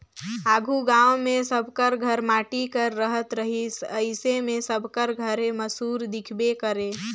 आघु गाँव मे सब कर घर माटी कर रहत रहिस अइसे मे सबकर घरे मूसर दिखबे करे